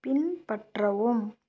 பின்பற்றவும்